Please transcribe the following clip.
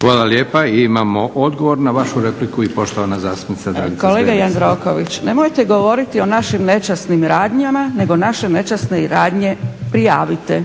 Hvala lijepa. Imamo odgovor na vašu repliku, i poštovana zastupnica Dragica Zgrebec. **Zgrebec, Dragica (SDP)** Kolega Jandroković nemojte govoriti o našim nečasnim radnjama, nego naše nečasne radnje prijavite.